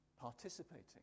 participating